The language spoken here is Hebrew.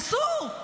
אסור.